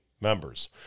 members